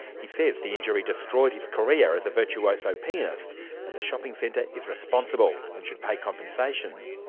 he says the injury destroyed his career as a virtuoso pianist and the shopping centre is responsible and should pay compensation.